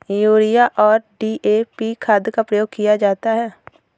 urea और DAP खाद का प्रयोग किया जाता है